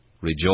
Rejoice